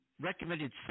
recommended